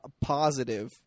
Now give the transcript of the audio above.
Positive